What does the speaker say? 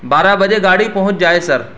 بارہ بجے گاڑی پہنچ جائے سر